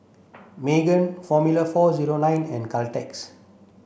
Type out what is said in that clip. Megan Formula four zero nine and Caltex